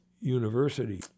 University